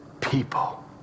people